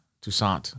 Toussaint